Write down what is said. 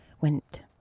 went